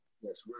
Yes